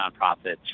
nonprofits